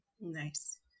Nice